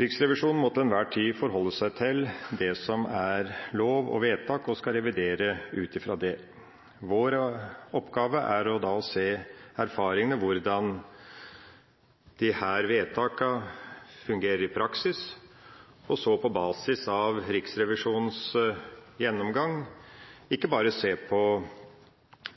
Riksrevisjonen må til enhver tid forholde seg til det som er lov og vedtak og skal revidere ut ifra det. Vår oppgave er å se på erfaringene av hvordan disse vedtakene fungerer i praksis, og så på basis av Riksrevisjonens gjennomgang ikke bare se på